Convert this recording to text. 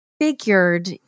figured